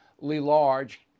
large